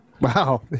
Wow